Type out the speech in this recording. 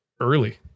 early